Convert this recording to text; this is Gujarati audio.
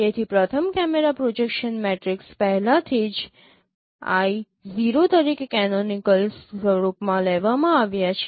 તેથી પ્રથમ કેમેરા પ્રોજેક્શન મેટ્રિક્સ પહેલાથી જ I | 0 તરીકે કેનોનિકલ સ્વરૂપમાં લેવામાં આવ્યા છે